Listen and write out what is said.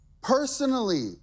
Personally